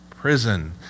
prison